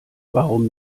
warum